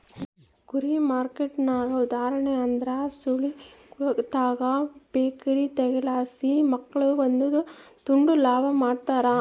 ಗುರಿ ಮಾರ್ಕೆಟ್ಗೆ ಉದಾಹರಣೆ ಅಂದ್ರ ಸಾಲಿಗುಳುತಾಕ ಬೇಕರಿ ತಗೇದ್ರಲಾಸಿ ಮಕ್ಳು ಬಂದು ತಾಂಡು ಲಾಭ ಮಾಡ್ತಾರ